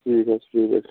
ٹھیٖک حظ چھُ ٹھیٖک حظ